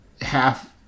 half